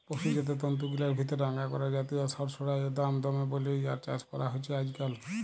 পসুজাত তন্তুগিলার ভিতরে আঙগোরা জাতিয় সড়সইড়ার দাম দমে বল্যে ইয়ার চাস করা হছে আইজকাইল